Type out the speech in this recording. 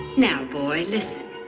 now boy, listen.